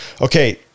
okay